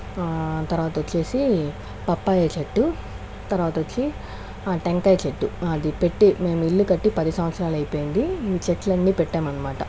తర్వాత వచ్చేసి పప్పాయ చెట్టు తర్వాత వచ్చి టెంకాయ చెట్టు అది పెట్టి మేము ఇల్లు కట్టి పది సంవత్సరాలు అయిపోయింది చెట్లన్నీ పెట్టమనమాట